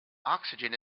oxygen